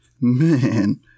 man